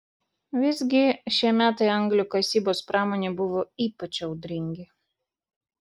visgi šie metai anglių kasybos pramonei buvo ypač audringi